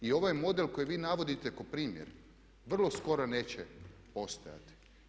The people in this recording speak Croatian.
I ovaj model koji vi navodite kao primjer vrlo skoro neće postojati.